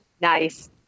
nice